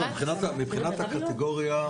מבחינת הקטגוריה,